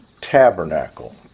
tabernacle